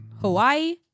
Hawaii